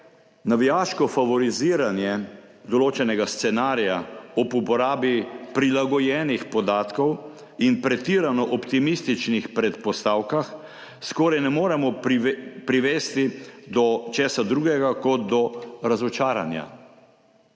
navijaško favoriziranje določenega scenarija ob uporabi prilagojenih podatkov in pretirano optimističnih predpostavkah skoraj ne moremo privesti do česa drugega kot do razočaranja.